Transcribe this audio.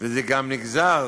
ויחד עם זה נגזר